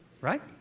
Right